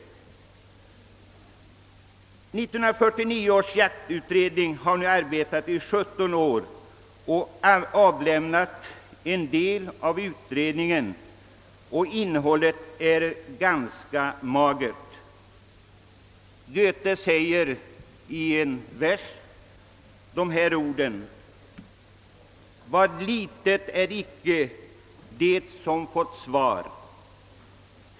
1949 års jaktutredning har nu arbetat i 17 år och avlämnat en del av sitt utredningsresultat. Innehållet är ganska magert. Goethe säger i en vers de här orden: »Vad litet är icke det som fått svar.